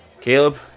Caleb